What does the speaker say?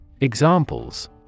Examples